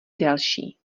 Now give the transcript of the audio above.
delší